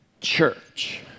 church